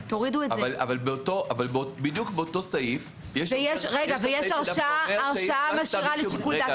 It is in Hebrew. אבל בדיוק באותו סעיף יש סעיף שאומר שאם הוגש כתב אישום קודם כל